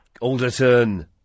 Alderton